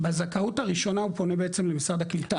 בזכאות הראשונה הוא פונה בעצם למשרד הקליטה.